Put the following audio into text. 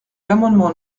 l’amendement